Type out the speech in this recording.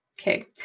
Okay